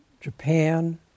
Japan